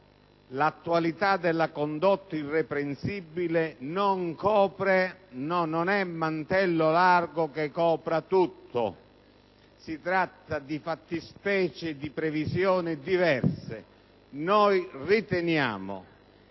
L'attualità della condotta irreprensibile non è un mantello largo che copra tutto: si tratta di fattispecie e di previsioni diverse. Noi riteniamo